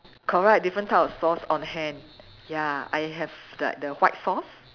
correct different type of sauce on hand ya I have like the white sauce